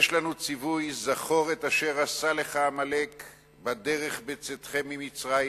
יש לנו ציווי: "זכור את אשר עשה לך עמלק בדרך בצאתכם ממצרים,